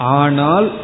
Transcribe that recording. anal